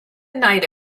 night